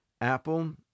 Apple